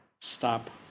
stop